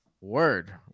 Word